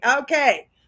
okay